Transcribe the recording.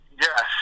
yes